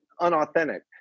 unauthentic